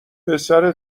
پسر